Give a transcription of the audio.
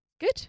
Good